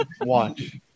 Watch